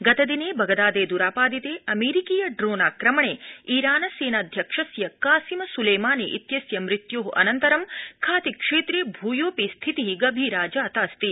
गतदिने बगदादे द्रापादिते अमेरिकीय ड्रोनाक्रमणे ईरान सेनाध्यक्षस्य कासिम सुलेमानी इत्यस्य मृत्योअनन्तरं खातिक्षेत्रे भूयोऽपि स्थिति गभीरा जातास्ति